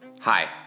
Hi